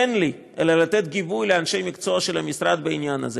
אין לי אלא לתת גיבוי לאנשי המקצוע של המשרד בעניין הזה,